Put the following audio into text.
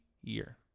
year